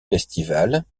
festivals